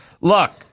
look